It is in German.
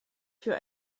für